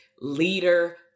leader